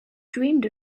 dreamed